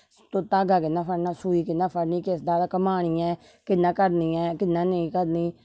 तुसे धागा कियां फड़ना सुई कियां फड़नी किस स्हाबें पानी ऐ कियां करनी ऐ कियां नेईं करनी